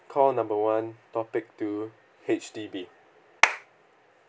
call number one topic two H_D_B